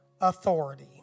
authority